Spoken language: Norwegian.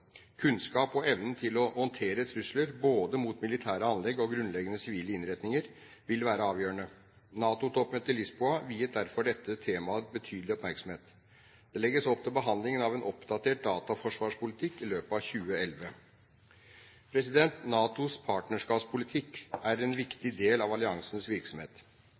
Kunnskap og evne til å håndtere trusler både mot militære anlegg og grunnleggende sivile innretninger vil være avgjørende. NATO-toppmøtet i Lisboa viet derfor dette temaet betydelig oppmerksomhet. Det legges opp til behandling av en oppdatert dataforsvarspolitikk i løpet av 2011. NATOs partnerskapspolitikk er en viktig del av alliansens virksomhet.